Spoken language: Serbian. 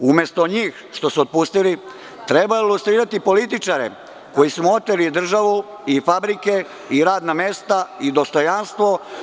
Umesto njih što su otpustili, treba lustrirati političare koji su oteli državu i fabrike i radna mesta i dostojanstvo.